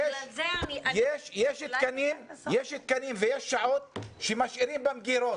יש תקנים ויש שעות שמשאירים במגירות.